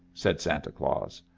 said santa claus.